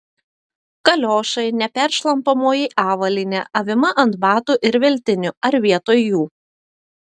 kaliošai neperšlampamoji avalynė avima ant batų ir veltinių ar vietoj jų